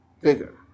bigger